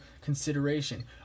consideration